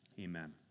amen